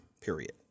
period